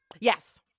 Yes